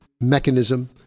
mechanism